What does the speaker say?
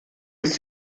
ist